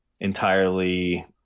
entirely